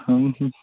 ಹ್ಞೂ ಹ್ಞೂ